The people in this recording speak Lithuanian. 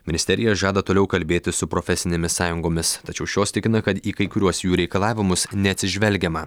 ministerija žada toliau kalbėtis su profesinėmis sąjungomis tačiau šios tikina kad į kai kuriuos jų reikalavimus neatsižvelgiama